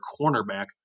cornerback